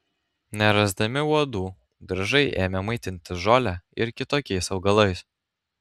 nerasdami uodų driežai ėmė maitintis žole ir kitokiais augalais